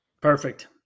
Perfect